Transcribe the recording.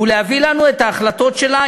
ולהביא לנו את ההחלטות שלה,